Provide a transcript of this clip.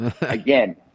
Again